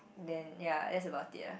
then ya that's about it ah